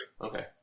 Okay